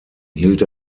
hielt